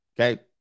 Okay